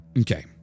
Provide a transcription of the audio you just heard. Okay